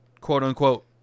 quote-unquote